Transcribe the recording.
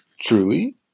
Truly